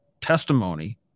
testimony